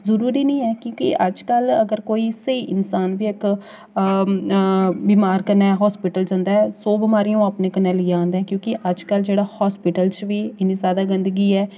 जरूरी निं ऐ क्योंकि अजकल अगर कोई स्हेई इन्सान बी इक बमार कन्नै अस्पताल जंदा ऐ सौ बमारियां ओह् अपने कन्नै लेइयै औंदा ऐ क्योंकि अजकल जेह्ड़ा अस्पताल च बी इन्नी जैदा गंदगी ऐ